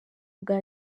bwa